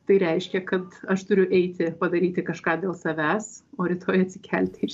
tai reiškia kad aš turiu eiti padaryti kažką dėl savęs o rytoj atsikelti ir